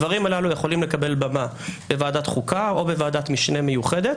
הדברים הללו יכולים לקבל במה בוועדת החוקה או בוועדת משנה מיוחדת,